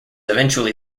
eventually